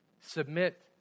Submit